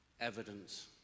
evidence